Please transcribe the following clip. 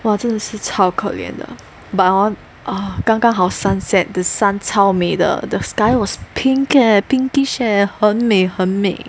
!wah! 真的是超可怜的 but hor 刚刚好 sunset the sun 超美的 the sky was pink leh pink-ish leh 很美很美